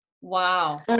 Wow